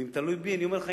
ואם זה תלוי בי אני אומר לך,